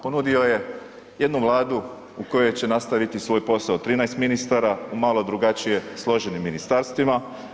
Ponudio je jednu vladu u kojoj će nastaviti svoj posao 13 ministara u malo drugačije složenim ministarstvima.